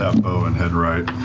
um beau and head right.